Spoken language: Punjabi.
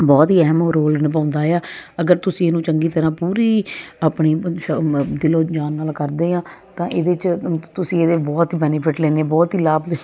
ਬਹੁਤ ਹੀ ਅਹਿਮ ਰੋਲ ਨਿਭਾਉਂਦਾ ਆ ਅਗਰ ਤੁਸੀਂ ਇਹਨੂੰ ਚੰਗੀ ਤਰ੍ਹਾਂ ਪੂਰੀ ਆਪਣੀ ਦਿਲੋ ਜਾਨ ਨਾਲ ਕਰਦੇ ਆ ਤਾਂ ਇਹਦੇ ਚ ਤੁਸੀਂ ਇਹਦੇ ਬਹੁਤ ਬੈਨੀਫਿਟ ਲੈਣੇ ਬਹੁਤ ਹੀ ਲਾਭ